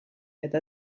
eta